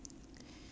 ah